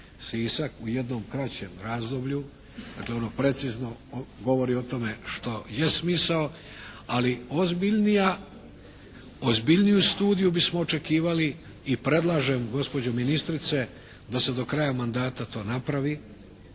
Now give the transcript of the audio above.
u jednom kraćem razdoblju, dakle ono precizno govori o tome što je smisao, ali ozbiljniju studiju bismo očekivali i predlažem gospođo ministrice da se do kraja mandata to napravi,